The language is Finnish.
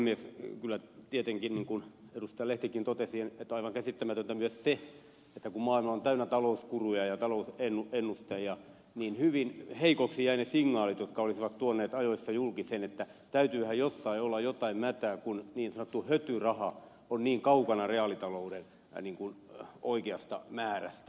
lehtikin totesi on aivan käsittämätöntä myös se että kun maailma on täynnä talousguruja ja talousennustajia niin hyvin heikoiksi jäivät ne signaalit jotka olisivat tuoneet ajoissa julki sen että täytyyhän jossain olla jotain mätää kun niin sanottu hötyraha on niin kaukana reaalitalouden oikeasta määrästä